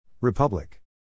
Republic